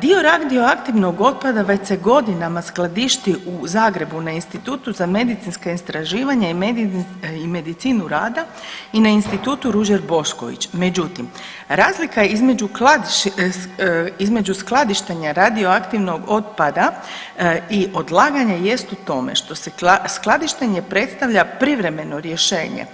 Dio radioaktivnog otpada već se godinama skladišti u Zagrebu na Institutu za medicinska istraživanja i medicinu rada i na Institutu Ruđer Bošković, međutim razlika između skladištenje radioaktivnog otpada i odlaganja jest u tome što skladištenje predstavlja privremeno rješenje,